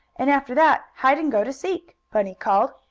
and after that hide-and-go-to-seek, bunny called.